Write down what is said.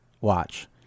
watch